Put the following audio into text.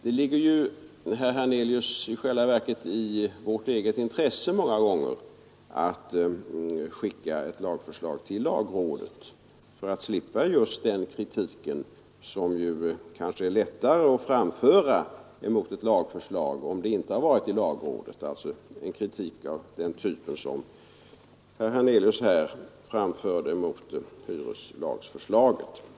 Det ligger i själva verket många gånger i vårt eget intresse, herr Hernelius, att skicka ett lagförslag till lagrådet för att slippa just den kritik som kanske är lättare att framföra mot ett lagförslag om detta inte varit i lagrådet — jag menar då kritik av den typ herr Hernelius framförde mot hyreslagsförslaget.